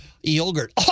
yogurt